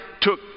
took